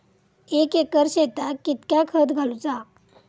एक एकर शेताक कीतक्या खत घालूचा?